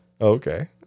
Okay